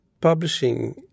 publishing